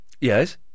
Yes